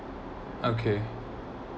okay